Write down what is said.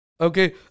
Okay